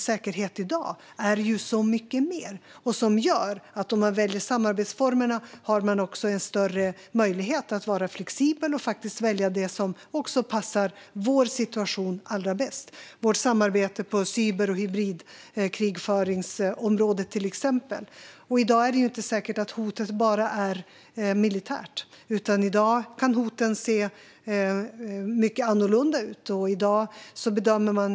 Säkerhet är ju i dag så mycket mer, och om man väljer samarbetsformerna har man större möjlighet att vara flexibel och välja det som passar vår situation allra bäst. Det gäller till exempel vårt samarbete på cyber och hybridkrigföringsområdet. I dag är det inte säkert att hotet bara är militärt, utan hoten kan se annorlunda ut.